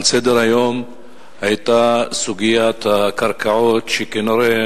על סדר-היום היתה סוגיית הקרקעות, שכנראה